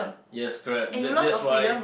yes correct that that's why